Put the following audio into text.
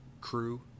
crew